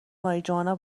ماریجوانا